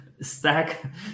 stack